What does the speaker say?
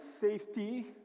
safety